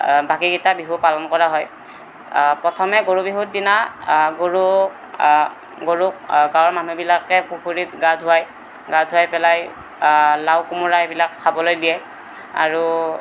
বাকীকেইটা বিহু পালন কৰা হয় প্ৰথমে গৰু বিহুৰ দিনা গৰু গৰুক গাঁৱৰ মানুহবিলাকে পুখুৰীত গা ধুৱাই গা ধুৱাই পেলাই লাও কোমোৰা এইবিলাক খাবলৈ দিয়ে আৰু